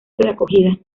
acogida